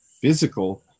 physical